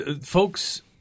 Folks